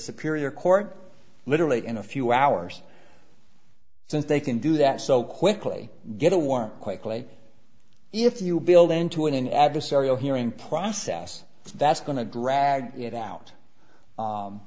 a period of court literally in a few hours since they can do that so quickly get a warrant quickly if you build into an adversarial hearing process that's going to drag it out